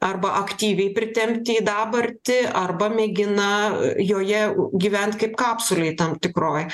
arba aktyviai pritempti į dabartį arba mėgina joje gyvent kaip kapsulėj tam tikroj